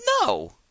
no